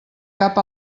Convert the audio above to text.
cap